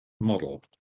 model